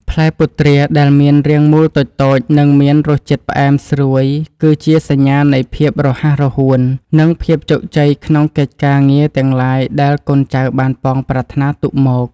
ផ្លែពុទ្រាដែលមានរាងមូលតូចៗនិងមានរសជាតិផ្អែមស្រួយគឺជាសញ្ញានៃភាពរហ័សរហួន និង ភាពជោគជ័យក្នុងកិច្ចការងារទាំងឡាយដែលកូនចៅបានប៉ងប្រាថ្នាទុកមក។